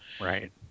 Right